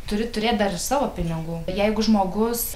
turi turėt dar ir savo pinigų jeigu žmogus